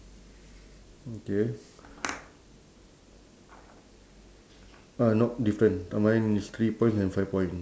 okay ah no different mine is three points and five points